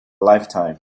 lifetime